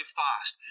fast